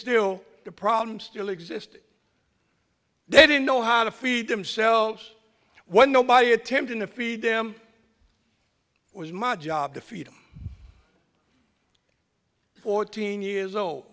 still the problem still existed they didn't know how to feed themselves when nobody attempting to feed them was my job to feed them fourteen years old